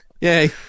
Yay